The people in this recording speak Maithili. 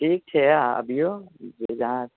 ठीक छै अबियौ जे जहाँ